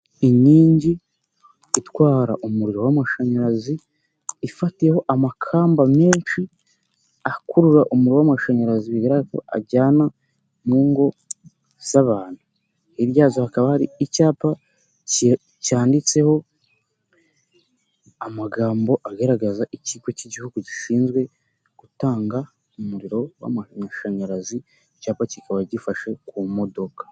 Inkingi itwara umuriro w'amashanyarazi, ifatiyeho amakamba menshi akurura umuriro w'amashanyarazi, bigaragara ko ajyana mu ngo z'abantu. Hirya yazo hakaba hari icyapa cyanyanditseho amagambo agaragaza ikigo cy'igihugu gishinzwe gutanga umuriro w'amashanyarazi, icyapa kikaba gifashe ku modoka.